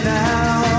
now